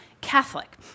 Catholic